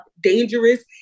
dangerous